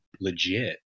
legit